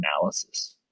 analysis